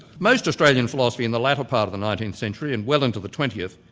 most australian philosophy in the latter part of the nineteenth century and well into the twentieth,